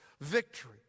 victory